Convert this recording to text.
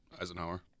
Eisenhower